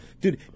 Dude